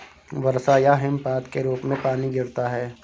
वर्षा या हिमपात के रूप में पानी गिरता है